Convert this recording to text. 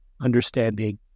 understanding